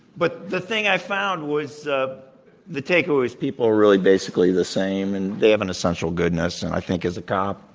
but the thing i found was the the takeaway was, people are really basically the same, and they have an essential goodness. and i think, as a cop,